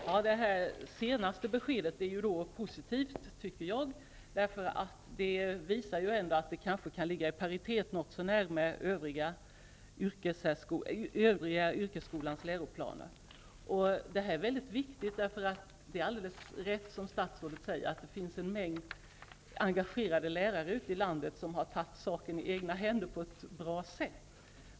Fru talman! Det senaste beskedet är positivt. Det visar ändå att yrkesskolans läroplan kanske kan ligga i paritet med den övriga yrkesskolans läroplaner. Det är alldeles riktigt som statsrådet säger, att det finns en mängd engagerade lärare ute i landet som har tagit saken i egna händer på ett bra sätt.